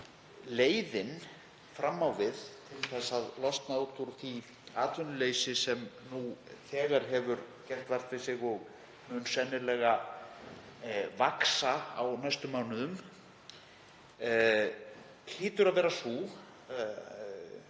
leiðin fram á við, til að losna út úr því atvinnuleysi sem nú þegar hefur gert vart við sig og mun sennilega vaxa á næstu mánuðum, hlýtur að vera sú,